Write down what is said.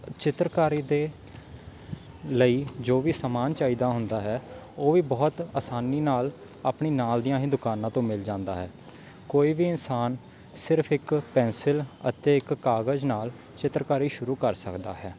ਚਿੱਤਰਕਾਰੀ ਦੇ ਲਈ ਜੋ ਵੀ ਸਮਾਨ ਚਾਹੀਦਾ ਹੁੰਦਾ ਹੈ ਉਹ ਵੀ ਬਹੁਤ ਆਸਾਨੀ ਨਾਲ ਆਪਣੀ ਨਾਲ ਦੀਆਂ ਹੀ ਦੁਕਾਨਾਂ ਤੋਂ ਮਿਲ ਜਾਂਦਾ ਹੈ ਕੋਈ ਵੀ ਇਨਸਾਨ ਸਿਰਫ ਇੱਕ ਪੈਨਸਿਲ ਅਤੇ ਇੱਕ ਕਾਗਜ਼ ਨਾਲ ਚਿੱਤਰਕਾਰੀ ਸ਼ੁਰੂ ਕਰ ਸਕਦਾ ਹੈ